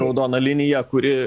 raudona linija kuri